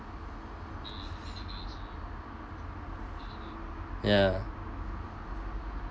ya